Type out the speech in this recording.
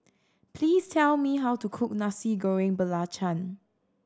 please tell me how to cook Nasi Goreng Belacan